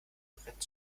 brett